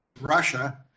Russia